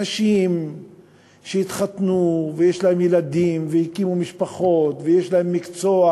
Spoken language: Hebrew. נשים שהתחתנו ויש להן ילדים והקימו משפחות ויש להן מקצוע